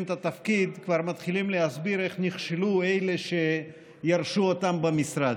את התפקיד כבר מתחילים להסביר איך נכשלו אלה שירשו אותם במשרד.